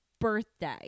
birthday